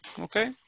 Okay